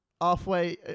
halfway